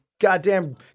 Goddamn